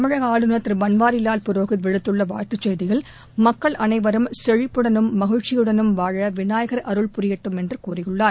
தமிழக ஆளுநர் திரு பன்வாரிலால் புரோஹித் விடுத்துள்ள வாழ்த்துச் செய்தியில் மக்கள் அனைவரும் செழிப்புடனும் மகிழ்ச்சியுடனும் வாழ விநாயகர் அருள்புரியட்டும் என்று கூறியுள்ளார்